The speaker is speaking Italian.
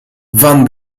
van